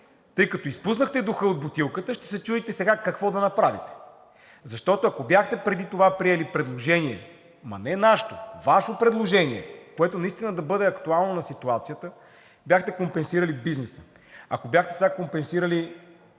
тъй като изпуснахте духа от бутилката, ще се чудите сега какво да направите. Защото, ако бяхте преди това приели предложение, ама не нашето – Ваше предложение, което наистина да бъде актуално на ситуацията, бяхте компенсирали бизнеса, ако сега бяхте компенсирали,